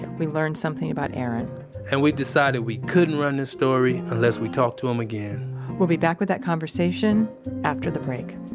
we learned something about erin and we decided we couldn't run this story unless we talked to him again we'll be back with that conversation after the break.